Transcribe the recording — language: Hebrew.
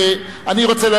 אני רוצה,